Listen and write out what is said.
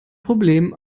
problem